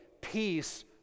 peace